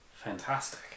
fantastic